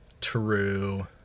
True